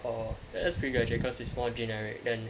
orh that's pretty graduate because it's more generic then